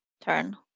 turn